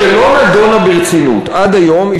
שלא נדונה ברצינות עד היום,